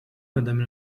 madame